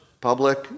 public